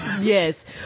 yes